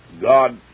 God